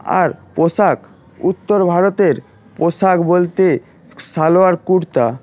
আর পোশাক উত্তর ভারতের পোশাক বলতে সালোয়ার কুর্তা